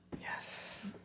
yes